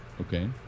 Okay